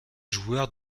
joueur